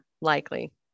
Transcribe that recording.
Likely